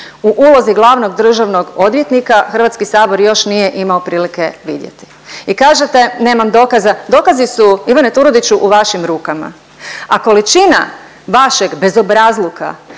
u ulozi glavnog državnog odvjetnika HS još nije imao prilike vidjeti. I kažete nemam dokaza, dokazi su Ivane Turudiću u vašim rukama. A količina vašeg bezobrazluka